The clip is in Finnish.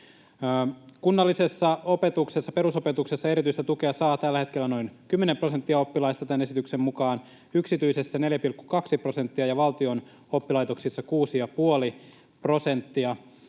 opetuksessa perusopetuksessa erityistä tukea saa tällä hetkellä noin 10 prosenttia oppilaista, tämän esityksen mukaan yksityisessä 4,2 prosenttia ja valtion oppilaitoksissa 6,5 prosenttia,